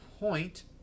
point